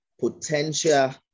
potential